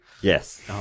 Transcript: Yes